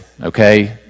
okay